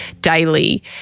daily